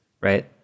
right